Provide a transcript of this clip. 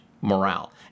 morale